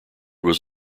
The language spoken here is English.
was